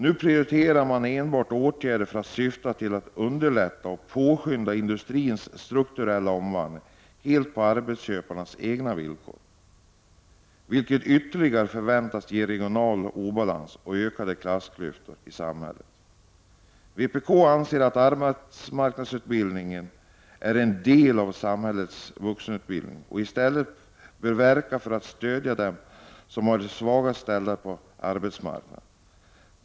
Nu prioriterar man enbart åtgärder som syftar till att underlätta och påskynda industrins strukturella omvandling helt på arbetsköparnas egna villkor, vilket förväntas ge ytterligare regional obalans och ökade klassklyftor i samhället. Vpk anser att arbetsmarknadsutbildningen är en del av samhällets vuxenutbildning och att den bör stödja dem som har den svagaste ställningen på arbetsmarknaden.